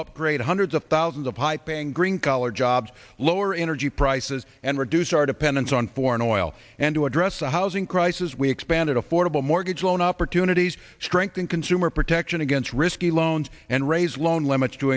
upgrade hundreds of thousands of piping green collar jobs lower energy prices and reduce our dependence on foreign oil and to address the housing crisis we expanded affordable mortgage loan opportunities strengthen consumer protection against risky loans and raise loan limits to